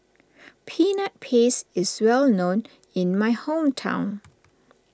Peanut Paste is well known in my hometown